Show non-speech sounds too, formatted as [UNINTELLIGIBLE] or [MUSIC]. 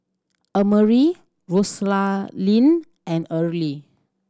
Emery [UNINTELLIGIBLE] and Earle